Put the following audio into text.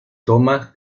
thomas